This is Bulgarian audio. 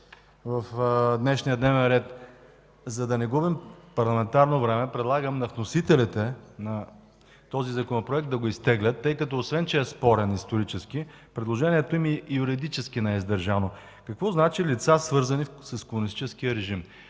в дневния ред за днес. За да не губим парламентарно време, предлагам на вносителите на този Законопроект да го изтеглят, тъй като, освен че е спорен исторически, предложението им и юридически не е издържано. Какво значи „лица, свързани с комунистическия режим”?